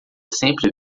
sempre